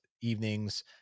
evenings